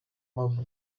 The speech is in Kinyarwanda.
mpamvu